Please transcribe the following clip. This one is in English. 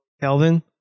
Kelvin